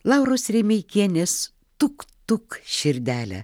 lauros remeikienės tuk tuk širdele